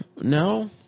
No